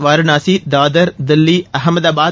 Varanasi Dadar Delhi Ahmedabad